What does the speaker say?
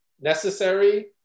necessary